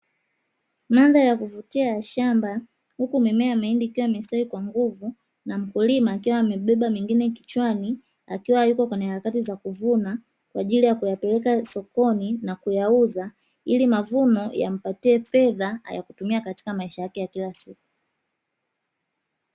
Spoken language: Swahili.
Mandhari ya kuvutia ya shamba huku mimea ya mihindi, ikiwa imestawi kwa nguvu na mkulima amebeba mingine kichwani akiwa yuko kwenye harakati za kuvuna kwa ajili ya kuyapeleka sokoni na kuyauza ili mavuno yampatie fedha ya kutumia katika maisha yake ya kila siku.